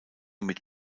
mit